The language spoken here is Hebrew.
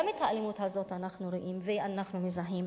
גם את האלימות הזאת אנחנו רואים ואנחנו מזהים.